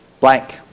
blank